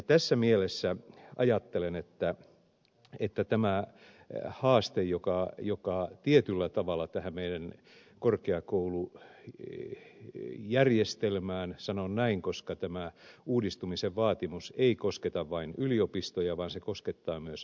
tässä mielessä ajattelen että on erittäin tärkeää että tämä haaste tämä uudistus joka tietyllä tavalla tulee tähän meidän korkeakoulujärjestelmäämme sanon näin koska tämä uudistumisen vaatimus ei kosketa vain yliopistoja vaan se koskettaa myös